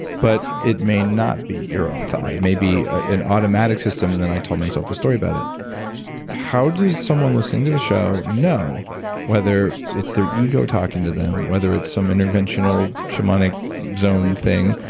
but it may not be your own thought. it may be an automatic system, and then i told myself a story about it how does someone listening to this show know whether it's their ego talking to them, whether it's some interventional shamanic zone thing,